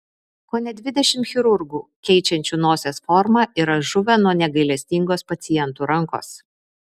kone dvidešimt chirurgų keičiančių nosies formą yra žuvę nuo negailestingos pacientų rankos